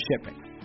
shipping